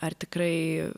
ar tikrai